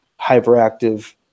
hyperactive